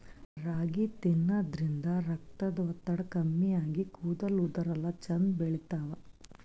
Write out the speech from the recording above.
ರಾಗಿ ತಿನ್ನದ್ರಿನ್ದ ರಕ್ತದ್ ಒತ್ತಡ ಕಮ್ಮಿ ಆಗಿ ಕೂದಲ ಉದರಲ್ಲಾ ಛಂದ್ ಬೆಳಿತಾವ್